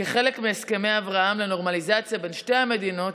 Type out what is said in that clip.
כחלק מהסכמי אברהם לנורמליזציה בין שתי המדינות,